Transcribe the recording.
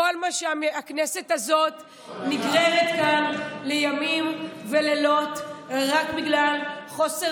הכנסת הזו נגררת כאן לימים ולילות רק בגלל חוסר